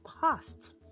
past